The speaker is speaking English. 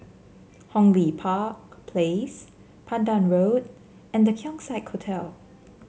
Hong Lee Park Place Pandan Road and The Keong Saik Hotel